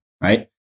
right